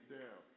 down